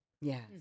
Yes